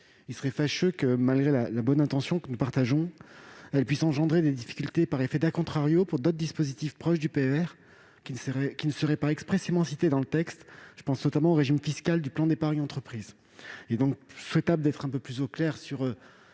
Il serait fâcheux que, malgré la bonne intention que nous partageons, elle puisse engendrer des difficultés, par une interprétation, pour d'autres dispositifs proches du PER, qui ne seraient pas expressément cités dans le texte- je pense notamment au régime fiscal du plan d'épargne entreprise. Il est donc souhaitable de clarifier